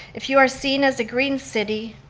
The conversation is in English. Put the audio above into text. if you are seen as a green city,